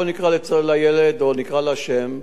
בוא נקרא לילד או נקרא לה שם,